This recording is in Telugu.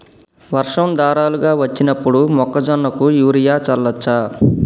వర్షం ధారలుగా వచ్చినప్పుడు మొక్కజొన్న కు యూరియా చల్లచ్చా?